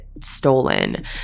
stolen